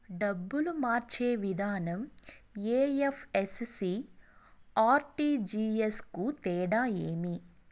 డబ్బులు మార్చే విధానం ఐ.ఎఫ్.ఎస్.సి, ఆర్.టి.జి.ఎస్ కు తేడా ఏమి?